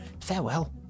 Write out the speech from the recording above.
Farewell